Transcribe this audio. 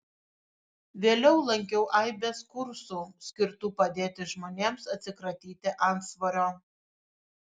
vėliau lankiau aibes kursų skirtų padėti žmonėms atsikratyti antsvorio